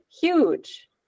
huge